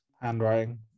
Handwriting